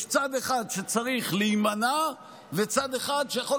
יש צד אחד שצריך להימנע וצד אחד שיכול